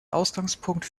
ausgangspunkt